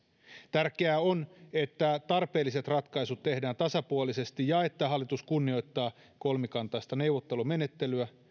tärkeää on että tarpeelliset ratkaisut tehdään tasapuolisesti ja että hallitus kunnioittaa kolmikantaista neuvottelumenettelyä